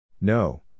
No